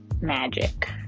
magic